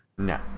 No